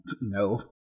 No